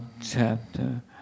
chapter